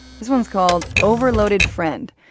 this one's called overloaded friend.